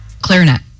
Clarinet